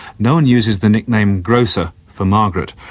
no one uses the nickname grocer for margaret.